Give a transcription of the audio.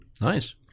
Nice